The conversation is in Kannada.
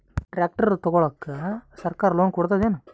ಟ್ರ್ಯಾಕ್ಟರ್ ತಗೊಳಿಕ ಸರ್ಕಾರ ಲೋನ್ ಕೊಡತದೇನು?